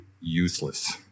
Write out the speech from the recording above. useless